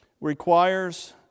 requires